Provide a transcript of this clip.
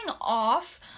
off